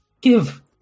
give